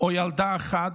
או ילדה אחת,